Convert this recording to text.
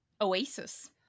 Oasis